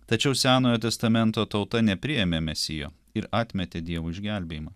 tačiau senojo testamento tauta nepriėmė mesijo ir atmetė dievo išgelbėjimą